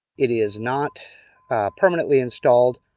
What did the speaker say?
it is not permanently installed.